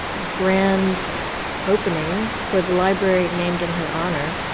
grand opening for the library named in her honor